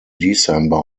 december